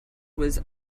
was